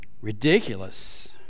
Ridiculous